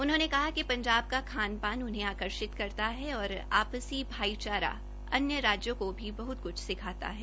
उन्होंने कहा कि पंजाब का खान पान उन्हें आकर्षित करता है और आपसी भाईचारा अन्य राज्यों को भी बहत कृछ सिखाता है